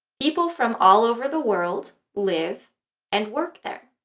people from all over the world live and work there.